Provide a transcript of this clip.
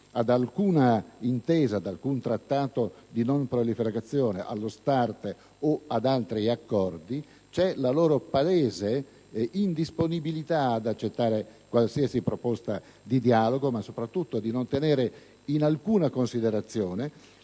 ad alcuna intesa o Trattato di non proliferazione, allo START o ad altri accordi, c'è la loro palese indisponibilità ad accettare qualsiasi proposta di dialogo ma, soprattutto, a non tenere in alcuna considerazione